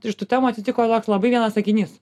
iš tų temų atitiko toks labai vienas sakinys